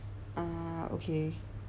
ah okay